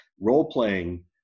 Role-playing